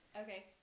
okay